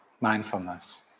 mindfulness